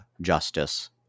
Justice